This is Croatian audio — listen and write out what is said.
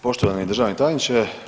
Poštovani državni tajniče.